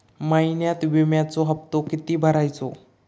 महिन्यात विम्याचो हप्तो किती भरायचो?